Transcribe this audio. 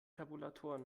tabulatoren